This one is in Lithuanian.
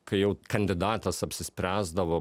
kai jau kandidatas apsispręsdavo